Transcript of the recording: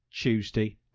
Tuesday